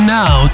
now